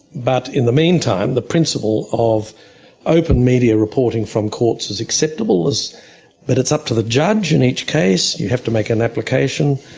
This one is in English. but in the meantime, the principle of open media reporting from courts is acceptable, but it's up to the judge in each case, you have to make an application,